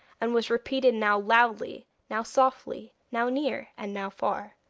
and was repeated now loudly, now softly now near, and now far.